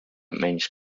menys